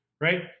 right